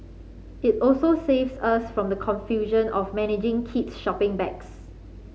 it also saves us from the confusion of managing kids shopping bags